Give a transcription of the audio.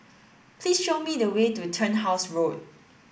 please show me the way to Turnhouse Road